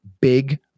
big